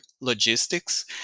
logistics